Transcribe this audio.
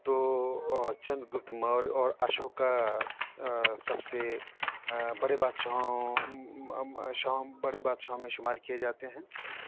تو چندر گپت موریہ اور اشوکا سب سے بڑے بادشاہوں بڑے بادشاہوں میں شمار کیے جاتے ہیں